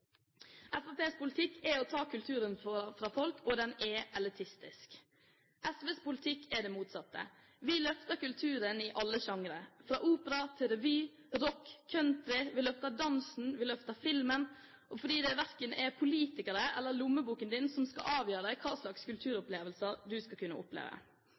Fremskrittspartiets politikk er å ta kulturen fra folk, og den er elitistisk. SVs politikk er det motsatte. Vi løfter kulturen i alle sjangre, fra opera til revy, rock, country, vi løfter dansen, vi løfter filmen, fordi det verken er politikere eller lommeboken din som skal avgjøre hva slags kulturopplevelser du skal kunne oppleve.